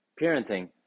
parenting